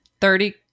thirty